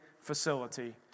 facility